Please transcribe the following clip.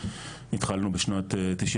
התחלנו בשנת 95